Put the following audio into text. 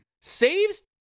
Saves